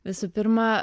visų pirma